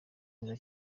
mwiza